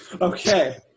Okay